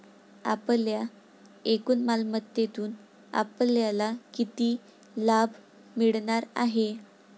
आपल्या एकूण मालमत्तेतून आपल्याला किती लाभ मिळणार आहे?